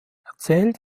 erzählt